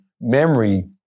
memory